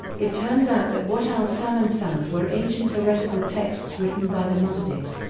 it turns out that what al-samman found were ancient heretical texts written by the gnostics.